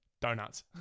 Donuts